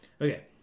Okay